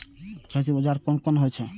खेती औजार कोन कोन होई छै?